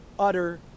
utter